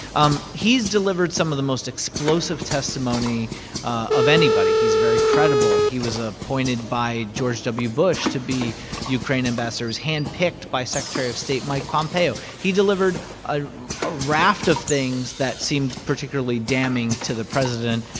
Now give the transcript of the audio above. um he's delivered some of the most explosive testimony of anybody. he's very credible. he was appointed by george w. bush to be ukraine ambassador. he was handpicked by secretary of state mike pompeo. he delivered a ah raft of things that seem particularly damning to the president